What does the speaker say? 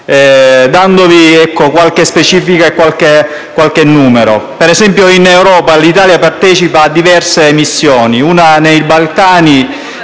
dandovi qualche specifica e qualche numero. Per esempio, in Europa l'Italia partecipa a diverse missioni: una nei Balcani,